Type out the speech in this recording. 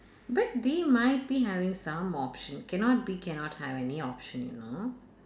but they might be having some option cannot be cannot have any option you know